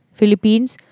Philippines